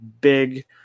big